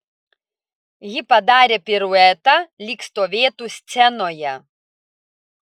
ji padarė piruetą lyg stovėtų scenoje